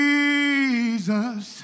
Jesus